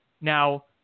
Now